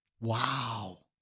Wow